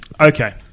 Okay